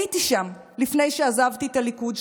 הייתי שם לפני שעזבתי את הליכוד.